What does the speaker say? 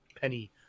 penny